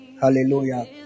Hallelujah